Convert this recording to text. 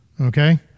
Okay